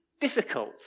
difficult